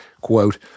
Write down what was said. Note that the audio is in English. quote